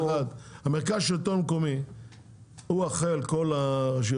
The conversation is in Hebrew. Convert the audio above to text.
מרכז השלטון המקומי אחראי על כל הרשויות